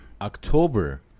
October